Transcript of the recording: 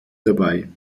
dabei